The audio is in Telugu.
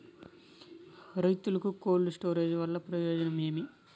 రైతుకు కోల్డ్ స్టోరేజ్ వల్ల ప్రయోజనం ఏమి?